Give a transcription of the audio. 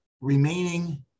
remaining